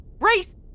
race